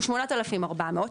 הוא 8,400,